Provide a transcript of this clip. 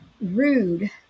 rude